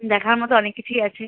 দেখার মতো অনেক কিছুই আছে